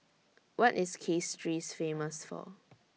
What IS Castries Famous For